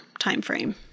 timeframe